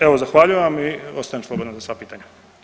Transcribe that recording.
Evo zahvaljujem vam i ostajem slobodan za sva pitanja.